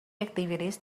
activities